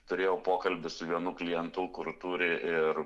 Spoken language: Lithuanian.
turėjau pokalbį su vienu klientu kur turi ir